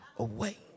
away